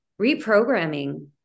reprogramming